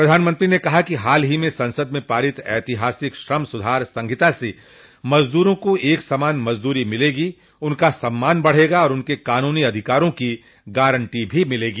प्रधानमंत्री ने कहा कि हाल ही में संसद में पारित ऐतिहासिक श्रम सुधार संहिता से मजदूरों को एक समान मजदूरी मिलेगी उनका सम्मान बढ़ेगा और उनके कानूनी अधिकारों की गारंटी भी मिलेगी